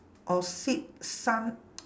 or